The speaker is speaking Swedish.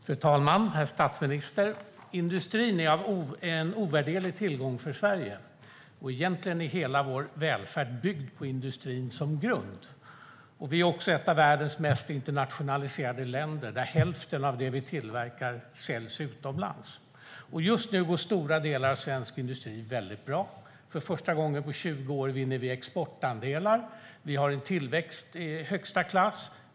Fru talman! Herr statsminister! Industrin är en ovärderlig tillgång för Sverige. Egentligen är hela vår välfärd byggd på industrin som grund. Vi är också ett av världens mest internationaliserade länder, där hälften av det vi tillverkar säljs utomlands. Just nu går stora delar av svensk industri väldigt bra. För första gången på 20 år vinner vi exportandelar. Vi har en tillväxt i högsta klass.